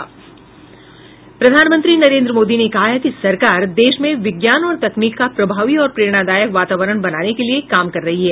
प्रधानमंत्री नरेंद्र मोदी ने कहा है कि सरकार देश में विज्ञान और तकनीक का प्रभावी और प्रेरणादायक वातावरण बनाने के लिए काम कर रही है